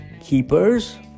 keepers